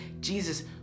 jesus